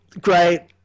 Great